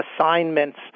assignments